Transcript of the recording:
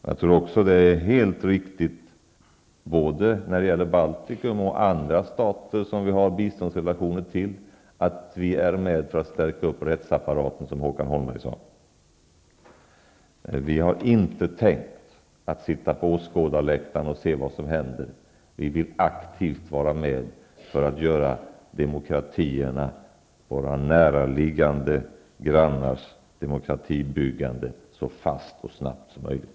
Jag tror också att det är helt riktigt både i fråga om Baltikum och i fråga om andra stater som vi har biståndsrelationer till att vi är med för att stärka rättsapparaten, som Håkan Holmberg sade. Vi har inte tänkt sitta på åskådarläktaren och se vad som händer -- vi vill aktivt vara med för att göra våra närliggande grannars demokratibyggande så fast och så snabbt som möjligt.